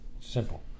simple